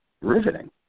riveting